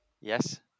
Yes